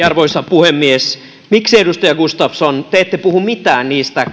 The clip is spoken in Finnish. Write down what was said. arvoisa puhemies miksi edustaja gustafsson te te ette puhu mitään niistä